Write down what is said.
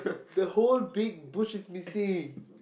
the whole big bush is missing